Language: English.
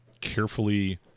carefully